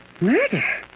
Murder